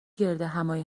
گردهمآیی